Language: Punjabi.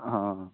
ਹਾਂ